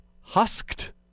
husked